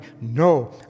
no